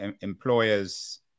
employers